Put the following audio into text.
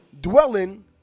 dwelling